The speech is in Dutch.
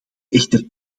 echter